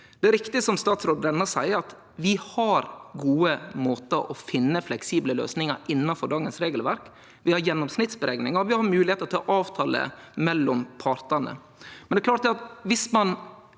Det er riktig som statsråd Brenna seier, at vi har gode måtar å finne fleksible løysingar på innanfor dagens regelverk. Vi har gjennomsnittsberekningar, og vi har moglegheiter til å avtale mellom partane. Det er klart at viss ein